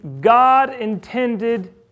God-intended